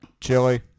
chili